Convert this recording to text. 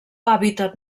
hàbitat